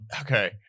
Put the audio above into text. okay